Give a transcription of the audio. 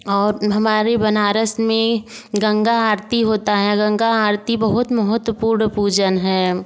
और हमारे बनारस में गंगा आरती होता है गंगा आरती बहुत महत्वपूर्ण पूजन है